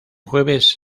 jueves